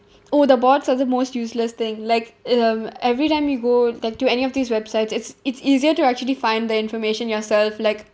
oh the bots are the most useless thing like it um every time you go like to any of these websites it's it's easier to actually find the information yourself like